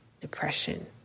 depression